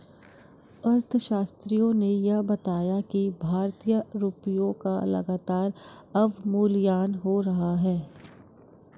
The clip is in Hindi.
अर्थशास्त्रियों ने यह बताया कि भारतीय रुपयों का लगातार अवमूल्यन हो रहा है